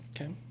Okay